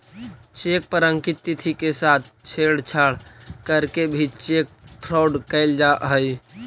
cheque पर अंकित तिथि के साथ छेड़छाड़ करके भी चेक फ्रॉड कैल जा हइ